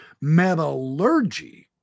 Metallurgy